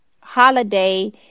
holiday